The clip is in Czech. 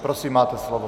Prosím, máte slovo.